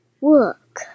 work